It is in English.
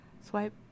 Swipe